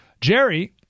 Jerry